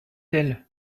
elle